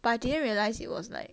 but I didn't realise it was like